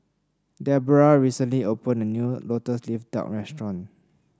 Deborrah recently opened a new lotus leaf duck restaurant